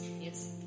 Yes